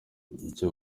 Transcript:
icyo